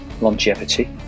longevity